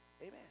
Amen